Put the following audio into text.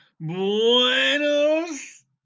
Buenos